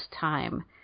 time